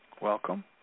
Welcome